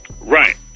right